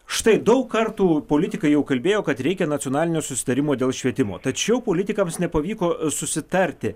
štai daug kartų politikai jau kalbėjo kad reikia nacionalinio susitarimo dėl švietimo tačiau politikams nepavyko susitarti